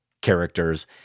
characters